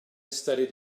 studied